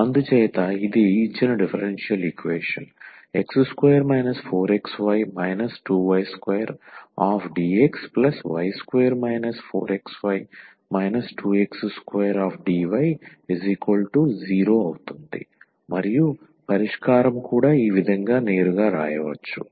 అందుచేత ఇది ఇచ్చిన differential equation x2 4xy 2y2dxy2 4xy 2x2dy0 మరియు పరిష్కారం కూడా ఈ విధంగా నేరుగా వ్రాయవచ్చు